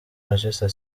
manchester